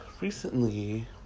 recently